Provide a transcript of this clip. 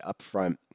upfront